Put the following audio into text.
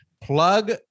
Plug